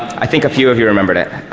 i think a few few remembered it.